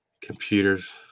computers